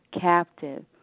captive